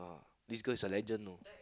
this girl's a legend you know